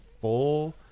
full